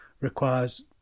requires